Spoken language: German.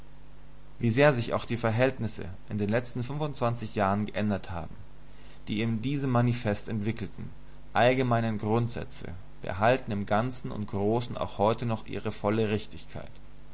wie sehr sich auch die verhältnisse in den letzten fündundzwanzig jahren geändert haben die in diesem manifest entwickelten allgemeinen grundsätze behalten im ganzen und großen auch heute noch ihre volle richtigkeit